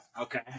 Okay